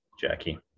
Jackie